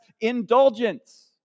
indulgence